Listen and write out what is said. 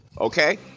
Okay